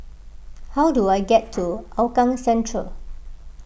how do I get to Hougang Central